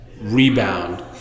rebound